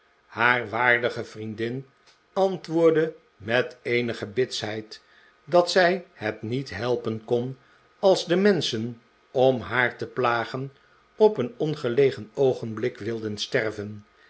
haar waardige vriendin antwoordde met eenige bitsheid dat zij het niet helpen kon als de menschen om haar te plagen op een ongelegen oogenblik wilden stervenj